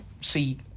see